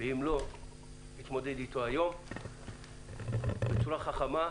ואם לא נתמודד איתו היום בצורה חכמה,